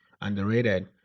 underrated